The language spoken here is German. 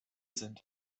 sind